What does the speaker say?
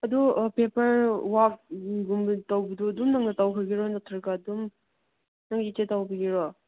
ꯑꯗꯨ ꯄꯦꯄꯔ ꯋꯥꯛꯒꯨꯝꯕ ꯇꯧꯕꯗꯨ ꯑꯗꯨꯝ ꯅꯪꯅ ꯇꯧꯈ꯭ꯔꯒꯦꯔꯣ ꯅꯠꯇ꯭ꯔꯒ ꯑꯗꯨꯝ ꯅꯪꯒꯤꯗ ꯇꯧꯕꯤꯒꯦꯔꯣ